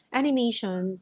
animation